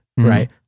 Right